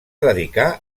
dedicar